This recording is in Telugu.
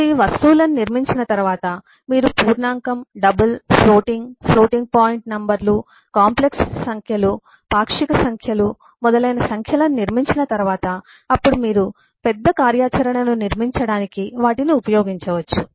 మీరు ఈ వస్తువులను నిర్మించిన తర్వాత మీరు పూర్ణాంకం డబుల్ ఫ్లోటింగ్ ఫ్లోటింగ్ పాయింట్ నంబర్లు కాంప్లెక్స్ సంఖ్యలు పాక్షిక సంఖ్యలు మొదలైన సంఖ్యలను నిర్మించిన తర్వాత అప్పుడు మీరు పెద్ద కార్యాచరణను నిర్మించడానికి వాటిని ఉపయోగించవచ్చు